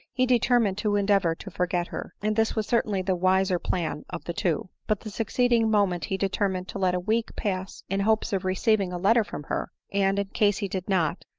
he determined to endeavor to forget her and this was certainly the wiser plan of the two but the succeeding moment he determined to let a week pass in hopes of receiving a letter from her, and, in case he did not,